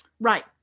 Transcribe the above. Right